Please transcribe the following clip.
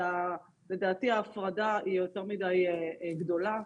לדעתי ההפרדה היא יותר מדי גדולה.